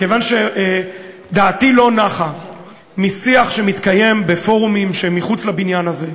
כיוון שדעתי לא נחה משיח שמתקיים בפורומים שמחוץ לבניין הזה.